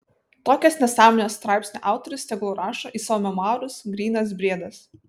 tokias nesąmones straipsnio autorius tegul rašo į savo memuarus grynas briedas